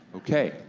okay,